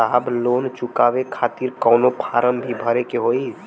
साहब लोन चुकावे खातिर कवनो फार्म भी भरे के होइ?